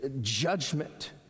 judgment